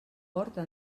porta